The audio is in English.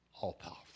all-powerful